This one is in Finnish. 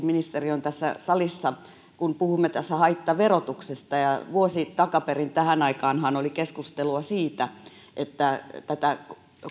ministeri on tässä salissa kun puhumme tässä haittaverotuksesta ja ja vuosi takaperin tähän aikaanhan oli keskustelua siitä että tätä